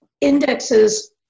indexes